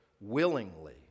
willingly